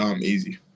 easy